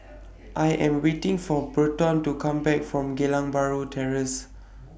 I Am waiting For Berton to Come Back from Geylang Bahru Terrace